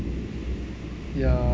ya